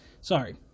Sorry